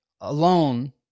alone